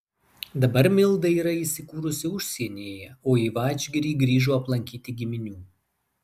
dabar milda yra įsikūrusi užsienyje o į vadžgirį grįžo aplankyti giminių